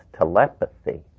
telepathy